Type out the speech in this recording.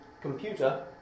computer